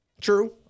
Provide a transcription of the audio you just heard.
True